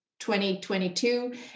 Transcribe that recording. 2022